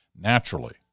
Naturally